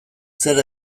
zer